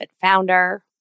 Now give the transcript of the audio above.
founder